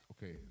Okay